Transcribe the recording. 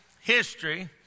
history